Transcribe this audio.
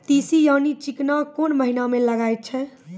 तीसी यानि चिकना कोन महिना म लगाय छै?